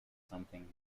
something